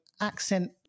accent